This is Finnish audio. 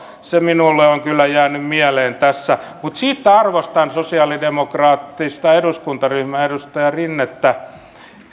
se minulle on kyllä jäänyt mieleen tässä siitä arvostan sosialidemokraattista eduskuntaryhmää ja edustaja rinnettä